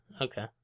okay